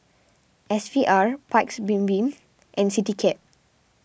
S V R Paik's Bibim and CityCab